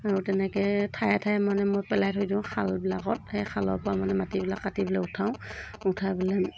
আৰু তেনেকৈ ঠায়ে ঠায়ে মানে মই পেলাই থৈ দিওঁ খালবিলাকত সেই খালৰ পৰা মানে মাটিবিলাক কাটি পেলাই উঠাওঁ উঠাই পেলাই